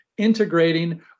integrating